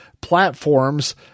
platforms